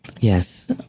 Yes